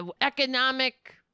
economic